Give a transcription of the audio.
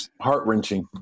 heart-wrenching